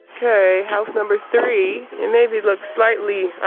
okay, house number three. it maybe looks slightly,